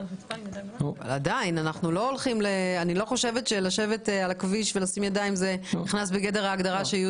אני לא חושבת שלשבת על הכביש ולשים ידיים על הראש זה הכי מוגן שיש.